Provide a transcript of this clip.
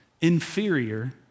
inferior